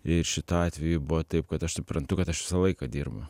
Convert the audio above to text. ir šituo atveju buvo taip kad aš suprantu kad aš visą laiką dirbu